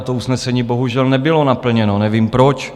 To usnesení bohužel nebylo naplněno, nevím proč.